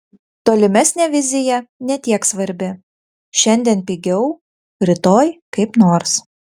tolimesnė vizija ne tiek svarbi šiandien pigiau rytoj kaip nors